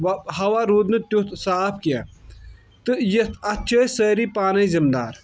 ہوا روٗد نہٕ تیُتھ صاف کیٚنٛہہ تہٕ یتھ اَتھ چھِ أسۍ سٲری پانے زِمہٕ دار